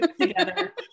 together